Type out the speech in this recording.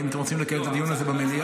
האם אתם רוצים לקיים את הדיון הזה במליאה?